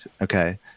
Okay